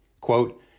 quote